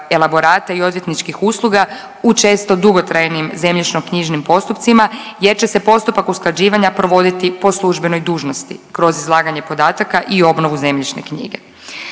elaborata i odvjetničkih usluga u često dugotrajnim zemljišnoknjižnim postupcima jer će se postupak usklađivanja provoditi po službenoj dužnosti kroz izlaganje podataka i obnovu zemljišne knjige.